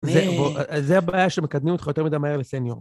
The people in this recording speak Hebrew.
זה הבעיה שמקדמים אותך יותר מדי מהר לסניור.